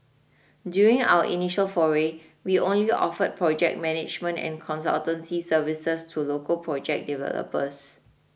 during our initial foray we only offered project management and consultancy services to local project developers